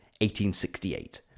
1868